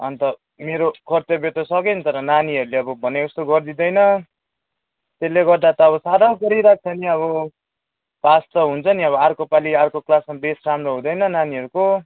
अन्त मेरो कर्त्तव्य त सक्यो नि तर नानीहरूले अब भनेको जस्तो गरिदिँदैन त्यसले गर्दा त अब साह्रो अब अर्कोपालि अर्को क्लासमा बेस राम्रो हुँदैन नानीहरूको